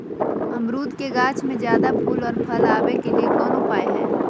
अमरूद के गाछ में ज्यादा फुल और फल आबे के लिए कौन उपाय है?